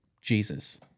Jesus